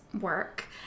work